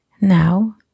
now